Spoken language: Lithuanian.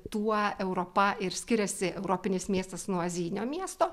tuo europa ir skiriasi europinis miestas nuo azijinio miesto